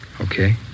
Okay